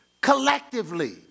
collectively